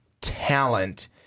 talent